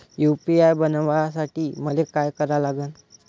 UPI बनवासाठी मले काय करा लागन?